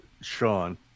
Sean